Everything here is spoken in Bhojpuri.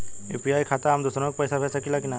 यू.पी.आई खाता से हम दुसरहु के पैसा भेज सकीला की ना?